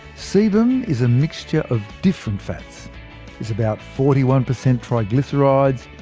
sebum is a mix yeah of different fats it's about forty one percent triglycerides,